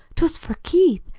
twas for keith,